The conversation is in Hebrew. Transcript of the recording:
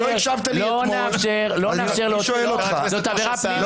זאת עבירה פלילית.